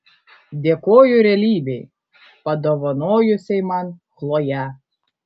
dėkoju realybei padovanojusiai man chloję